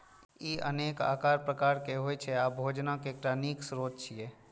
ई अनेक आकार प्रकार के होइ छै आ भोजनक एकटा नीक स्रोत छियै